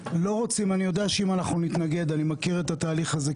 אני יודע שאם אנחנו נתנגד אני מכיר את התהליך הזה,